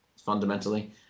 fundamentally